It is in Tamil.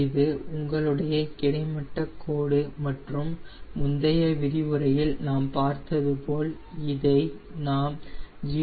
இது உங்களுடைய கிடைமட்டகோடு மற்றும் முந்தைய விரிவுரையில் நாம் பார்த்ததுபோல் இதை நாம் 0